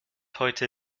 heute